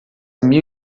mil